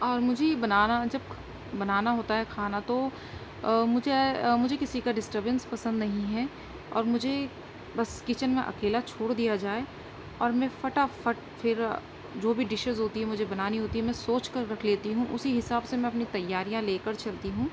اور مجھے یہ بنانا جب بنانا ہوتا ہے کھانا تو مجھے مجھے کسی کا ڈسٹربینس پسند نہیں ہے اور مجھے بس کچن میں اکیلا چھوڑ دیا جائے اور میں فٹافٹ پھر جو بھی ڈشز ہوتی ہیں مجھے بنانی ہوتی ہیں میں سوچ کر رکھ لیتی ہوں اسی حساب سے میں اپنی تیاریاں لے کر چلتی ہوں